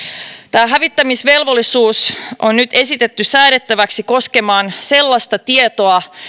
tämä hävittämisvelvollisuus on nyt esitetty säädettäväksi koskemaan sellaista tietoa